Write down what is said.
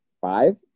Five